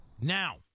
Now